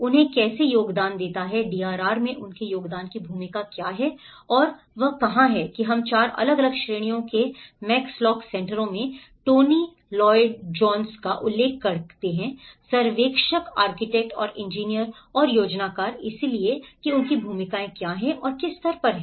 उन्हें कैसे योगदान देना है डीआरआर में उनके योगदान की भूमिका क्या है और वह कहां है हम 4 अलग अलग श्रेणियों के मैक्स लॉक सेंटरों में टोनी लॉयड जोन्स का उल्लेख करते हैं सर्वेक्षक आर्किटेक्ट और इंजीनियर और योजनाकार इसलिए कि उनकी भूमिकाएं क्या हैं और किस स्तर पर हैं